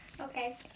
Okay